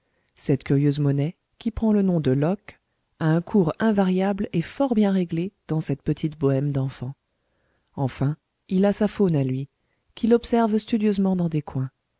cette curieuse monnaie qui prend le nom de loques a un cours invariable et fort bien réglé dans cette petite bohème d'enfants enfin il a sa faune à lui qu'il observe studieusement dans des coins